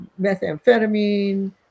methamphetamine